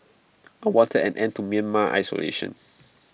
I wanted an end to Myanmar's isolation